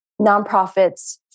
nonprofits